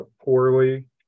poorly